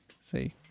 See